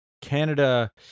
Canada